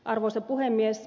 arvoisa puhemies